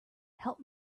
help